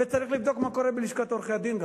וצריך לבדוק מה קורה גם בלשכת עורכי-הדין.